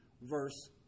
verse